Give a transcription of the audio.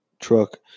truck